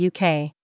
UK